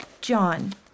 John